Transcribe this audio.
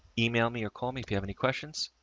email me, or call me if you have any questions.